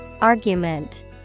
Argument